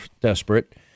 desperate